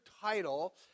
title